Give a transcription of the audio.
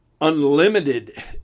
unlimited